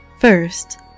First